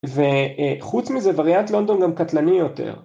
וחוץ מזה וריאנט לונדון גם קטלני יותר.